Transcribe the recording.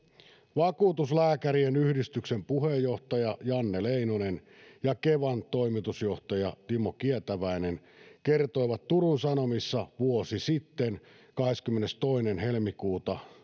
vakuutuslääkärien yhdistyksen puheenjohtaja janne leinonen ja kevan toimitusjohtaja timo kietäväinen kertoivat turun sanomissa vuosi sitten kahdeskymmenestoinen helmikuuta